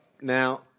Now